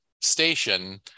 station